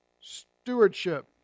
Stewardship